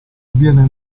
avviene